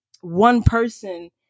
one-person